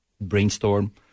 brainstorm